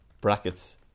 Brackets